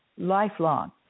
lifelong